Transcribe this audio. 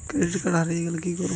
Credit card হারিয়ে গেলে কি করব?